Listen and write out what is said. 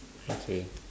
okay